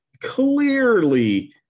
clearly